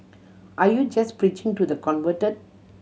are you just preaching to the convert